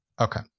Okay